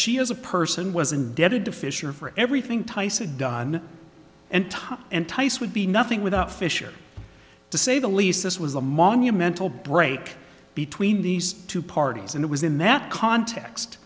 she is a person was indebted to fisher for everything tyson done and touch and tice would be nothing without fisher to say the least this was a monumental break between these two parties and it was in that context